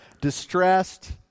distressed